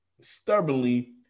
stubbornly